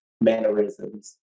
mannerisms